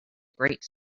great